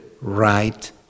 right